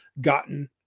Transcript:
gotten